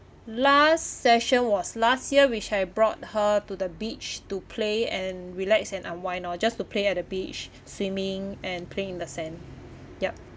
last session was last year which I brought her to the beach to play and relax and unwind orh just to play at a beach swimming and playing in the sand yup